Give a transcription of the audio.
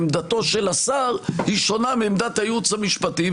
עמדתו של השר היא שונה מעמדת הייעוץ המשפטי,